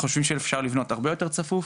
אנחנו חושבים שאפשר לבנות הרבה יותר צפוף,